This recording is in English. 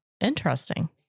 Interesting